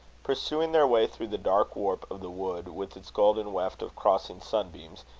pursuing their way through the dark warp of the wood, with its golden weft of crossing sunbeams,